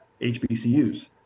hbcus